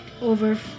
over